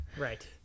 Right